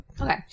Okay